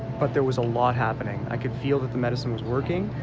but there was a lot happening i could feel that the medicine was working